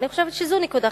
אני חושבת שזו נקודה חשובה,